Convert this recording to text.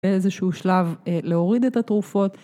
באיזשהו שלב להוריד את התרופות.